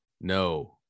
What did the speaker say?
no